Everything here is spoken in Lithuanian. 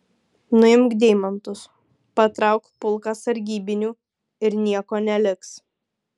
nuimk deimantus patrauk pulką sargybinių ir nieko neliks